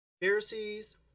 Pharisees